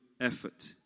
effort